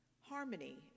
Harmony